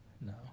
No